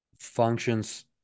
functions